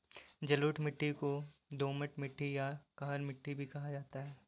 जलोढ़ मिट्टी को दोमट मिट्टी या कछार मिट्टी भी कहा जाता है